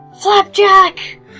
Flapjack